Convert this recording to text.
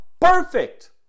Perfect